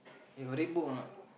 you got read book or not